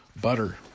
Butter